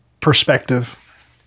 perspective